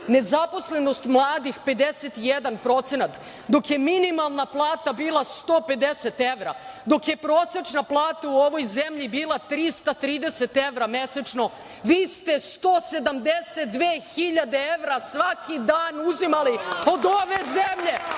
nezaposlenost mladih 51%, dok je minimalna plata bila 150 evra, dok je prosečna plata u ovoj zemlji bila 330 evra mesečno, vi ste 172 hiljade evra svaki dan uzimali od ove zemlje